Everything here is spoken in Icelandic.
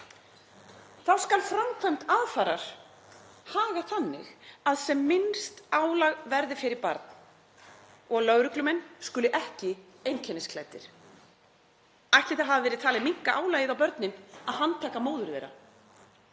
Þá skal framkvæmd aðfarar hagað þannig að sem minnst álag verði fyrir barn og lögreglumenn skulu ekki einkennisklæddir. Ætli það hafi verið talið minnka álagið á börnin að handtaka móður